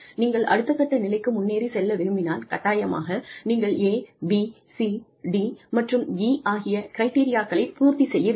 நீங்கள் அடுத்தக்கட்ட நிலைக்கு முன்னேறிச் செல்ல விரும்பினால் கட்டாயமாக நீங்கள் A B C D மற்றும் E ஆகிய கிரிட்டெரியாக்களை பூர்த்தி செய்ய வேண்டும்